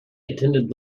attended